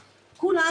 כולם,